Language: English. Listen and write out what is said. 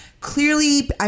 Clearly